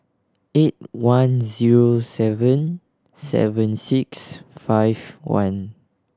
eight one zero seven seven six five one